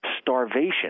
starvation